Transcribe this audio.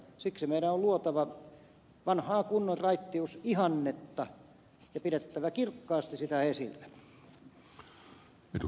siksi meidän on luotava vanhaa kunnon raittiusihannetta ja pidettävä kirkkaasti sitä esillä